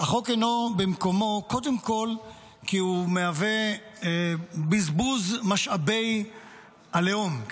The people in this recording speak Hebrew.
אינו במקומו קודם כול כי הוא מהווה בזבוז משאבי הלאום,